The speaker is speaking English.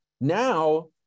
Now